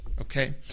okay